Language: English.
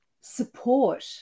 support